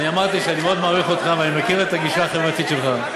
אמרתי שאני מאוד מעריך אותך ואני מכיר את הגישה החברתית שלך.